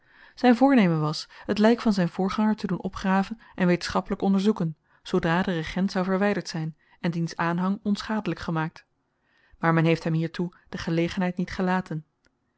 zyn voornemen was t lyk van zyn voorganger te doen opgraven en wetenschappelyk onderzoeken zoodra de regent zou verwyderd zyn en diens aanhang onschadelyk gemaakt maar men heeft hem hiertoe de gelegenheid niet gelaten